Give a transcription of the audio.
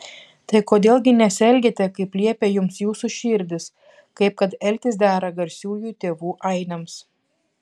tai kodėl gi nesielgiate kaip liepia jums jūsų širdys kaip kad elgtis dera garsiųjų tėvų ainiams